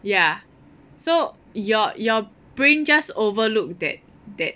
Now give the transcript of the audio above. ya so your your brain just overlook that that